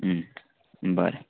बरें